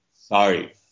Sorry